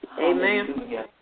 Amen